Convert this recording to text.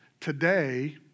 today